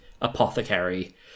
Apothecary